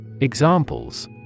Examples